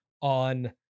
on